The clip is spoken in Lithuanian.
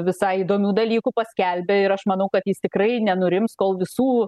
visai įdomių dalykų paskelbė ir aš manau kad jis tikrai nenurims kol visų